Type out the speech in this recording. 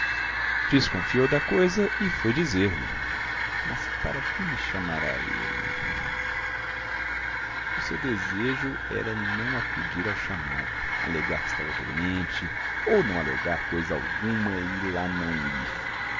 desconfiou da coisa e foi dizer-lhe mas para que me chamará ele o seu desejo era não acudir ao chamado alegar que estava doente ou não alegar coisa alguma e lá não ir